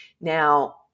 Now